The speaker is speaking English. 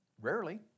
Rarely